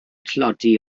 tlodi